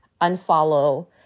unfollow